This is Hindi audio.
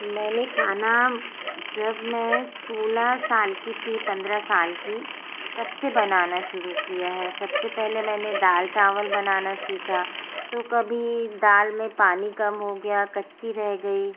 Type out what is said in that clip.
मैंने खाना जब मैं सोलह साल की थी पंद्रह साल की तब से बनाना शुरू किया है सब से पहले मैंने दाल चावल बनाना सीखा तो कभी दाल में पानी कम हो गया कच्ची रह गई